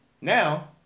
Now